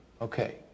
Okay